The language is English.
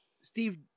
Steve